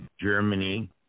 Germany